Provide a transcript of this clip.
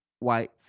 white